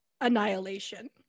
Annihilation